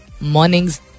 mornings